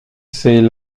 c’est